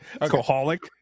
Alcoholic